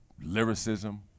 lyricism